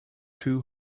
two